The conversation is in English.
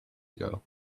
ago